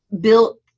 built